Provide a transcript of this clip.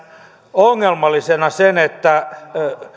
ongelmallisena sen että